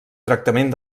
tractament